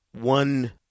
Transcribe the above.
one